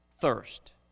thirst